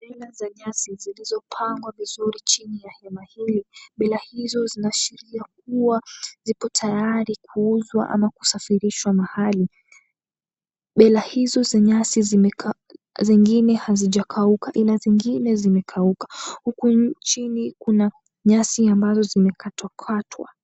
Bela za nyasi zilizopangwa vizuri chini ya hema hili, bela hizo zinashiria kua ziko tayari kuuzwa ama kusafirishwa mahali. Bela hizo za nyasi zimekaa zengine hazijakauka na zingine zimekauka huku chini kuna nyasi ambazo zimekatwakatwa.